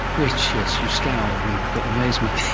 which yes, you scowl with amazement,